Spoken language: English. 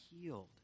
healed